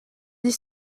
dix